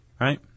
right